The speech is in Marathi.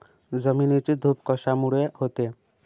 जमिनीची धूप कशामुळे होते?